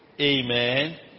Amen